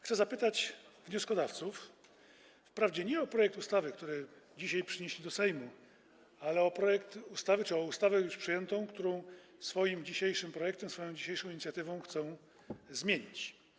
Chcę zapytać wnioskodawców wprawdzie nie o projekt ustawy, który dzisiaj przynieśli do Sejmu, ale o ustawę już przyjętą, którą swoim dzisiejszym projektem, swoją dzisiejszą inicjatywą chcą zmienić.